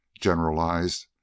generalized